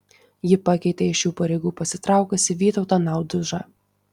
ji pakeitė iš šių pareigų pasitraukusi vytautą naudužą